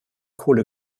kohle